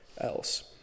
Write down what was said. else